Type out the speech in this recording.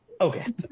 okay